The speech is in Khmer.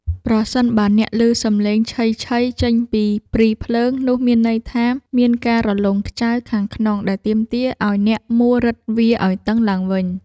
ប្រសិនបើអ្នកឮសំឡេងឆីៗចេញពីព្រីភ្លើង នោះមានន័យថាមានការរលុងខ្ចៅខាងក្នុង ដែលទាមទារឱ្យអ្នកមួលរឹតវាឱ្យតឹងឡើងវិញ។